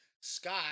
Scott